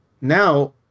now